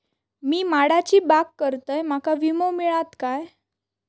मी माडाची बाग करतंय माका विमो मिळात काय?